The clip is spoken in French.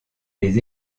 les